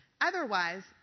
Otherwise